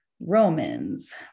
Romans